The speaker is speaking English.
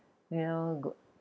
you know go